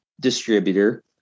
distributor